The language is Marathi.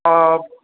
हा